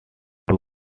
took